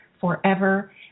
forever